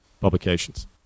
publications